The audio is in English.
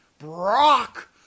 Brock